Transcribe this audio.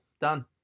done